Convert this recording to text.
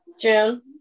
June